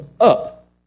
up